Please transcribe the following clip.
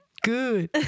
good